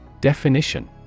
Definition